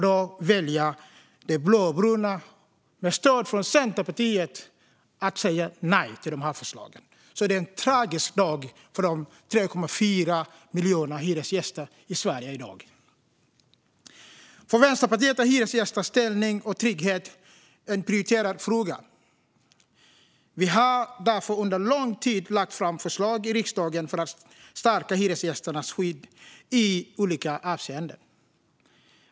Då väljer de blåbruna, med stöd från Centerpartiet, att säga nej till de här förslagen. Detta är en tragisk dag för Sveriges 3,4 miljoner hyresgäster. För oss i Vänsterpartiet är hyresgästernas ställning och trygghet en prioriterad fråga. Vi har därför under lång tid lagt fram förslag i riksdagen för att stärka hyresgästernas skydd i olika avseenden.